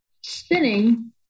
spinning